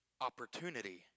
opportunity